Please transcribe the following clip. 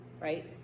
right